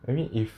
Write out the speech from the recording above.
I mean if